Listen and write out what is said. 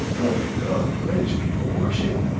oh my god. what are these people watching?